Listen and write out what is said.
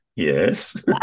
yes